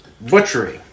butchery